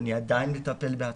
אני עדיין מטפל בעצמי,